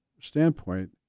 standpoint